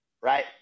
right